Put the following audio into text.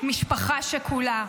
ראש הממשלה,